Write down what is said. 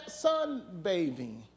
sunbathing